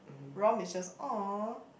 rom is just um